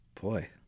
Boy